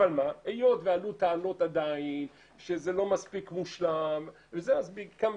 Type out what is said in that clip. אז אם באמת העניין הזה רחוק אז אני מבקש